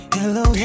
Hello